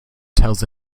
tells